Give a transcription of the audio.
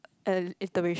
uh iteration